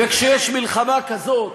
כשיש מלחמה כזאת,